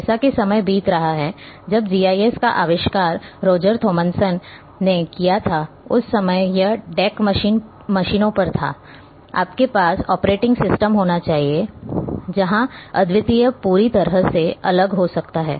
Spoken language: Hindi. जैसा कि समय बीत रहा है जब जीआईएस का आविष्कार रोजर थॉमसन ने किया था उस समय यह डेक मशीनों पर था आपके पास ऑपरेटिंग सिस्टम होना चाहिए जहां अद्वितीय पूरी तरह से अलग हो सकता है